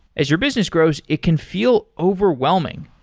as your business grows, it can feel overwhelming.